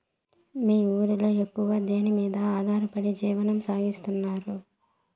మీ ఊరిలో ఎక్కువగా దేనిమీద ఆధారపడి జీవనం సాగిస్తున్నారు?